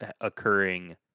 occurring